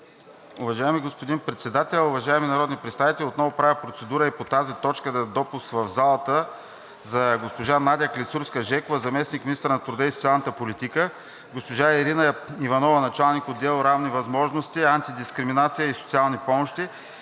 Уважаеми господин Председател, уважаеми народни представители! Отново правя процедура и по тази точка за допуск в залата на госпожа Надя Клисурска-Жекова – заместник-министър на труда и социалната политика, госпожа Ирина Иванова – началник-отдел „Равни възможности, антидискриминация и социални помощи“,